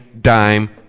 dime